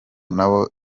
nabo